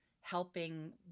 helping